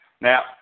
Now